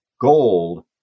gold